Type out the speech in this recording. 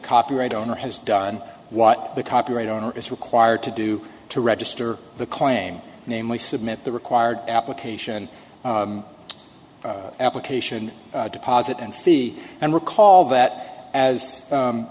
copyright owner has done what the copyright owner is required to do to register the claim namely submit the required application application deposit and fee and recall that as